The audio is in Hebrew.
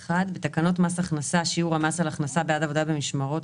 1. בתקנות מס הכנסה (שיעור המס על הכנסה בעד עבודה במשמרות),